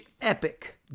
epic